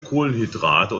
kohlenhydrate